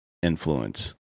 influence